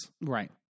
Right